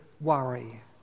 worry